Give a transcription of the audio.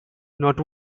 not